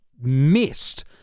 missed